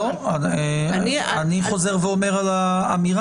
אבל אני הייתי בעד למזג.